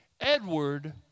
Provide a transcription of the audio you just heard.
Edward